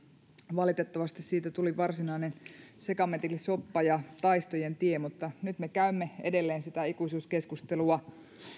valitettavasti siitä tuli varsinainen sekametelisoppa ja taistojen tie mutta nyt me käymme edelleen sitä ikuisuuskeskustelua